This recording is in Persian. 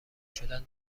شدن